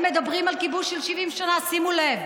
הם מדברים על כיבוש של 70 שנה, שימו לב,